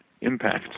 impact